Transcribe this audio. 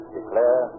declare